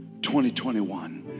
2021